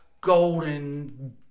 golden